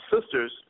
sisters